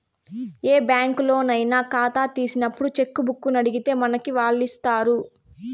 ఏ బ్యాంకులోనయినా కాతా తీసినప్పుడు చెక్కుబుక్కునడిగితే మనకి వాల్లిస్తారు